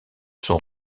sont